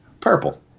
Purple